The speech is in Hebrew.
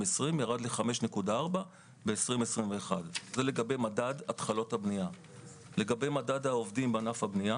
2020 ל-5.4 בשנת 2021. לגבי מדד העובדים בענף הבנייה